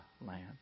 land